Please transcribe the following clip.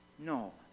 No